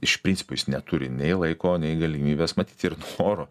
iš principo jis neturi nei laiko nei galimybės matyt ir noro